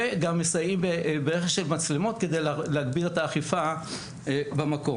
וגם מסייעים ברכש של מצלמות כדי להגביר את האכיפה במקום.